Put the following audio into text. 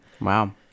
Wow